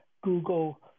Google